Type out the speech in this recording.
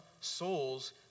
souls